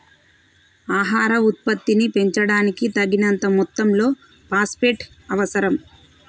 ఆహార ఉత్పత్తిని పెంచడానికి, తగినంత మొత్తంలో ఫాస్ఫేట్ అవసరం